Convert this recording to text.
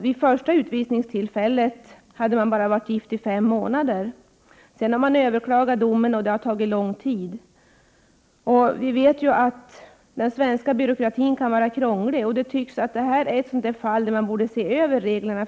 Vid första utvisningstillfället hade paret varit gift bara fem månader. Sedan har man överklagat domen, och det har tagit väldigt lång tid. Vi vet att den svenska byråkratin kan vara krånglig. Det här tycks vara ett fall där man bör se över reglerna.